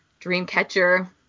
Dreamcatcher